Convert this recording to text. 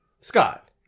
Scott